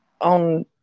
on